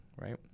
right